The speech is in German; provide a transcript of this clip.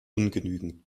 ungenügend